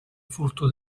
furto